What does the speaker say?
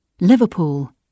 Liverpool